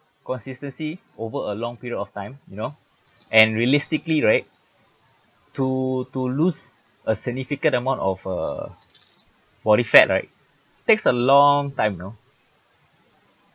consistency over a long period of time you know and realistically right to to lose a significant amount of uh body fat right takes a long time you know